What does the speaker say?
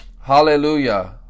Hallelujah